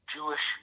Jewish